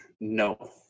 no